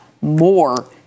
more